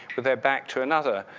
with back to another.